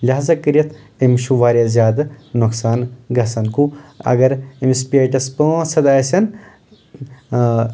لہٰزا کٔرتھ أمِس چھُ واریاہ زیادٕ نۄقصان گژھان گوٚو اگر أمِس پیٹٮ۪س پانٛژھ ہتھ آسن